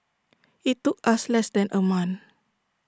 IT took us less than A month